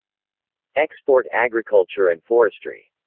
export agriculture and forestry,